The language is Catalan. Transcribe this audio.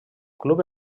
club